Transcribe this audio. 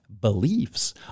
beliefs